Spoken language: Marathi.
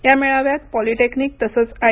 या मेळाव्यात पॉलिटेक्निक तसंच आय